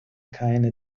keine